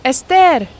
Esther